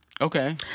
Okay